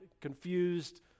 confused